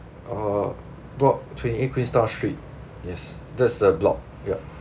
uh block twenty eight queenstown street yes that's the block ya